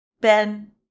Ben